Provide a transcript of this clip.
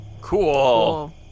Cool